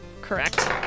correct